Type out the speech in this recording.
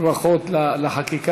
ברכות על החקיקה.